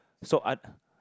so I